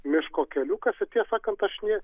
miško keliukas ir tiesą sakant aš ne